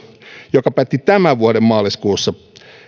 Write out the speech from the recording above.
joka päätti tämän vuoden maaliskuussa